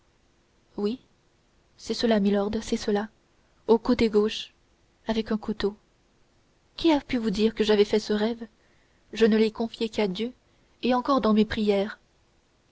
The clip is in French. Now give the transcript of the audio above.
oui c'est cela milord c'est cela au côté gauche avec un couteau qui a pu vous dire que j'avais fait ce rêve je ne l'ai confié qu'à dieu et encore dans mes prières